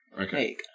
Okay